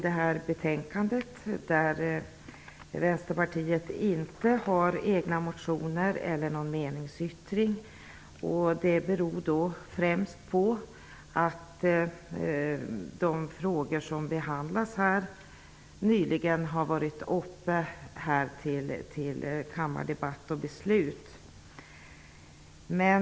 I detta betänkande har Vänsterpartiet inte några egna motioner och inte heller någon meningsyttring, vilket främst beror på att de frågor som där behandlas nyligen har varit uppe till debatt och beslut i kammaren.